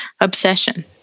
obsession